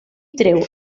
treu